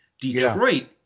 Detroit